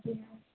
ਹਾਂਜੀ ਮੈਮ